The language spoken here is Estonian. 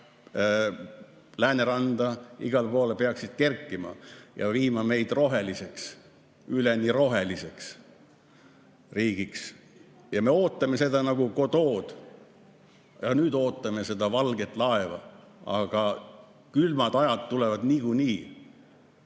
lääneranda igale poole peaksid kerkima ja muutma meid roheliseks, üleni roheliseks riigiks. Ja me ootame seda nagu Godot'd. Nüüd ootame valget laeva. Aga külmad ajad tulevad niikuinii.